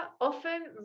often